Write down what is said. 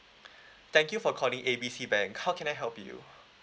thank you for calling A B C bank how can I help you